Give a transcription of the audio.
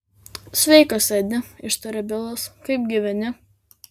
sveikas edi ištarė bilas kaip gyveni